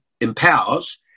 empowers